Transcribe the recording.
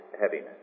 heaviness